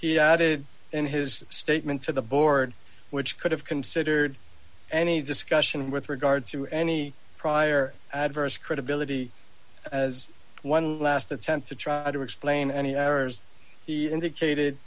treatment in his statement to the board which could have considered any discussion with regard to any prior adverse credibility as one last attempt to try to explain any errors he indicated